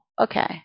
okay